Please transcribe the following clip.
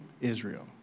Israel